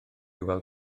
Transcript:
weld